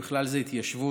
ובכלל זה התיישבות,